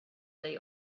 they